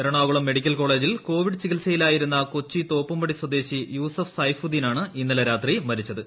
Ernakulam medical കോളേജിൽ Covid ചികിത്സയിലായിരുന്ന Kochi Thoppumpady സ്വദേശി യൂസഫ് സൈഫുദ്ദീൻ ആണ് ഇന്നലെ രാത്രി മരിച്ചത്